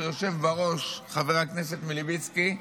שיושב בראש, חבר הכנסת מלביצקי,